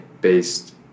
based